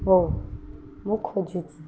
ହଉ ମୁଁ ଖୋଜୁଛି